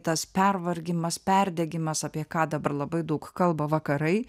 tas pervargimas perdegimas apie ką dabar labai daug kalba vakarai